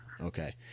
okay